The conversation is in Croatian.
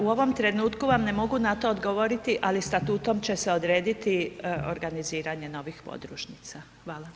U ovom trenutku vam ne mogu na to odgovoriti, ali statutom će se odrediti organiziranje novih podružnica.